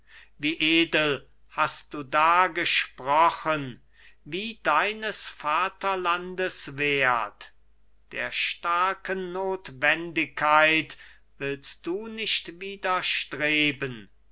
wie edel hast du da gesprochen wie deines vaterlandes werth der starken nothwendigkeit willst du nicht